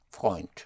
Freund